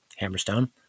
Hammerstone